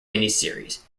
miniseries